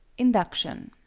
induction.